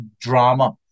drama